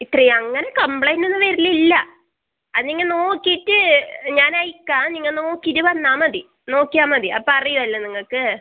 ഇത്രയും അങ്ങനെ കംപ്ലയിൻറ്റ് ഒന്നും വരലില്ല അല്ലെങ്കിൽ നോക്കീറ്റ് ഞാൻ അയക്കാ നിങ്ങൾ നോക്കീറ്റ് വന്നാൽ മതി നോക്കിയാൽ മതി അപ്പോൾ അറിയല്ലോ നിങ്ങക്ക്